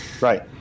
Right